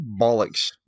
bollocks